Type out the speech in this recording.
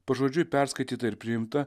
pažodžiui perskaityta ir priimta